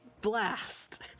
Blast